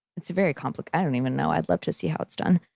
it's very complex. i don't even know. i'd love to see how it's done.